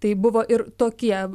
tai buvo ir tokie